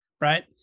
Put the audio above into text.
right